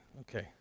okay